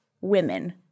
women